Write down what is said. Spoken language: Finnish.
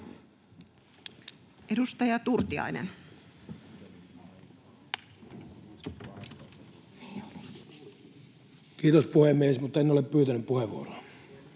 [Ano Turtiainen: Kiitos, puhemies, mutta en ole pyytänyt puheenvuoroa!]